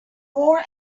more